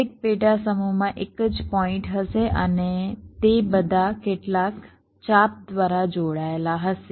દરેક પેટા સમૂહમાં એક જ પોઇન્ટ હશે અને તે બધા કેટલાક ચાપ દ્વારા જોડાયેલા હશે